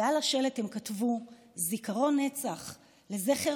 ועל השלט הם כתבו: "זיכרון נצח לזכר